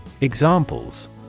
Examples